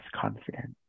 confidence